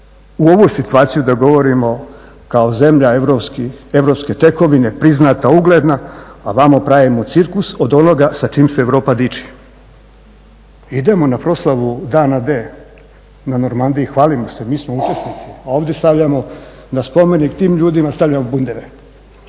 u ovu situaciju da govorimo kao zemlja europske tekovine, priznata, ugledna, a vamo pravimo cirkus od onoga sa čim se Europa diče. Idemo na proslavu dana D na Normandiji, hvalimo se mi smo učesnici, a ovdje stavljamo na spomenik tim ljudima stavljamo bundeve.